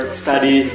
study